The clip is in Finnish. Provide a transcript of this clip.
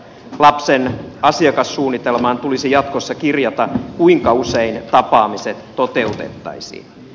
lapsen asiakassuunnitelmaan tulisi jatkossa kirjata kuinka usein tapaamiset toteutettaisiin